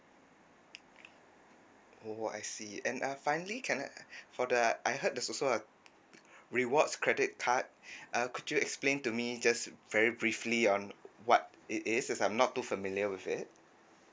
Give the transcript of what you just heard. what I see and I finally can act for the uh I heard there's also a car rewards credit card uh could you explain to me just very briefly on what it is is I'm not too familiar with it